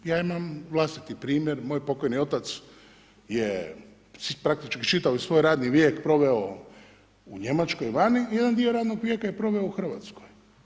Ja imam vlastiti primjer, moj pokojni otac je praktički svoj radni vijek proveo u Njemačkoj vani i jedan dio radnog vijeka je proveo u Hrvatskoj.